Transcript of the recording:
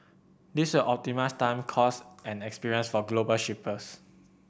this will optimise time cost and experience for global shippers